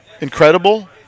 incredible